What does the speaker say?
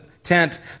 tent